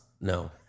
No